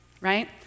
right